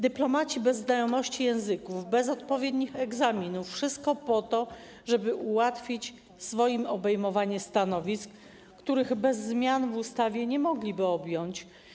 Dyplomaci bez znajomości języków, bez odpowiednich egzaminów, wszystko po to, żeby ułatwić swoim obejmowanie stanowisk, których bez zmian w ustawie nie mogliby objąć.